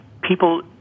people